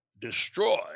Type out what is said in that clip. destroy